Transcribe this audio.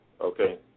Okay